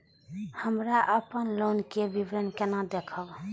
हमरा अपन लोन के विवरण केना देखब?